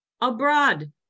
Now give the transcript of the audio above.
abroad